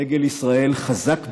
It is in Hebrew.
דגל ישראל חזק הרבה,